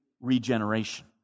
regeneration